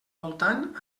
voltant